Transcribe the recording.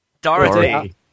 Dorothy